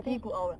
鸡骨熬 ah